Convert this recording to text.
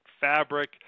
fabric